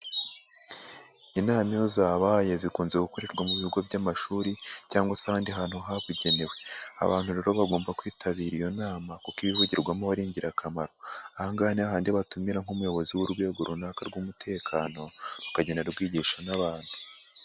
Inama iyo zabaye, zikunze gukorerwa mu bigo by'amashuri, cyangwase ahandi hantu habugenewe, abantu rero bagomba kwitabira iyo nama, kuko ibivugirwamo ari ingirakamaro, aha ngaha ni hahandi batumira nk'umuyobozi w'urwego runaka rw'umutekano, rukagenda rukigisha n'abandi.